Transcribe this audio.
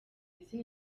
izina